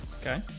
Okay